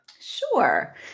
Sure